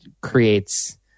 creates